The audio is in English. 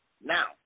Now